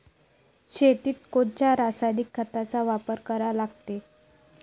शेतीत कोनच्या रासायनिक खताचा वापर करा लागते?